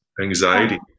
anxiety